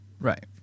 Right